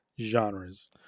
genres